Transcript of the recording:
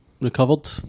recovered